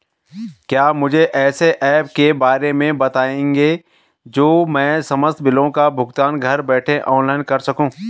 क्या मुझे ऐसे ऐप के बारे में बताएँगे जो मैं समस्त बिलों का भुगतान घर बैठे ऑनलाइन कर सकूँ?